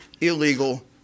illegal